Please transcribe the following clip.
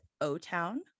O-Town